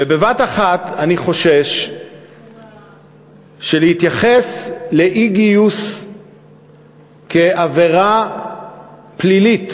ואני חושש שלהתייחס לאי-גיוס כלעבירה פלילית